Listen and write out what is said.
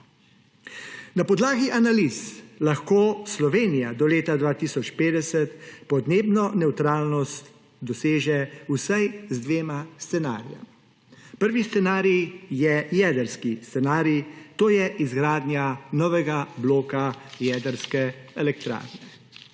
Na podlagi analiz lahko Slovenija do leta 2050 podnebno nevtralnost doseže vsaj z dvema scenarijema. Prvi scenarij je jedrski scenarij; to je izgradnja novega bloka jedrske elektrarne.